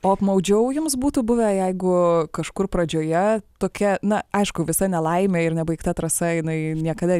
o apmaudžiau jums būtų buvę jeigu kažkur pradžioje tokia na aišku visa nelaimė ir nebaigta trasa jinai niekada